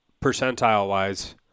percentile-wise